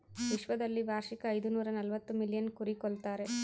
ವಿಶ್ವದಲ್ಲಿ ವಾರ್ಷಿಕ ಐದುನೂರನಲವತ್ತು ಮಿಲಿಯನ್ ಕುರಿ ಕೊಲ್ತಾರೆ